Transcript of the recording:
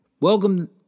Welcome